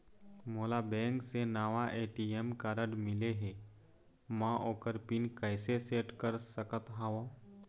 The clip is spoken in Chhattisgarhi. मोला बैंक से नावा ए.टी.एम कारड मिले हे, म ओकर पिन कैसे सेट कर सकत हव?